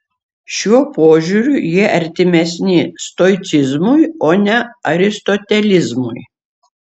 šiuo požiūriu jie artimesni stoicizmui o ne aristotelizmui